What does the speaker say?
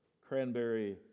cranberry